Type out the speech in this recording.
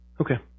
Okay